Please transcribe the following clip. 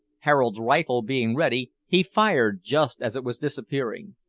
harold's rifle being ready, he fired just as it was disappearing.